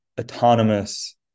autonomous